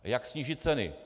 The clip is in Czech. Jak sníží ceny?